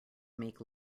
make